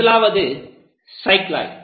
முதலாவது சைக்ளோய்டு